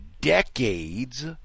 decades